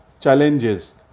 challenges